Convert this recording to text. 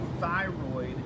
thyroid